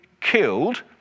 killed